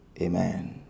Amen